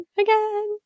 again